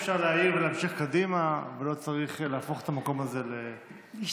אפשר להעיר ולהמשיך קדימה ולא צריך להפוך את המקום הזה לקקופוניה.